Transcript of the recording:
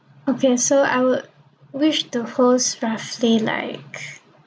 okay so I would wish to host roughly like